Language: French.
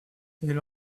elle